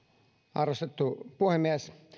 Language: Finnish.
arvostettu puhemies